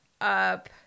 up